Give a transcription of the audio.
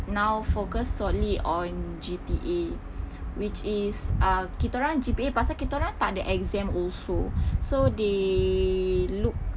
now focus solely on G_P_A which is uh kita orang G_P_A pasal kita orang tak ada exam also so they look